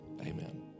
Amen